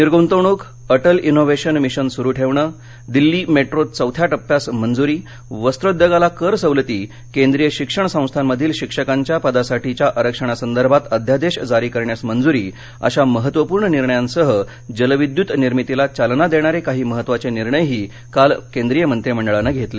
निर्गुंतवणुक Atal innovation mission सुरू ठेवणं Delhi metro चौथ्या टप्प्यास मंजुरी वस्त्रोद्योगाला कर सवलती केंद्रीय शिक्षण संस्थांमधील शिक्षकांच्या पदासाठीच्या आरक्षणासंदर्भात अध्यादेश जारी करण्यास मंजुरी अशा महत्वपूर्ण निर्णयांसह जलविद्युत निर्मितीला चालना देणारे काही महत्वाचे निर्णयही काल केंद्रीय मंत्रिमंडळानं घेतले